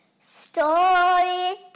Story